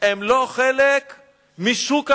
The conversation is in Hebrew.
הם לא חלק משוק העבודה.